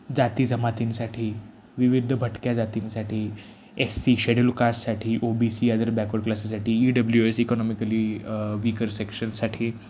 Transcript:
जाती जमातींसाठी विविध भटक्या जातींसाठी एस सी शेड्युल कास्टसाठी O B C other backward क्लासेससाठी E W S economically weaker सेक्शनसाठी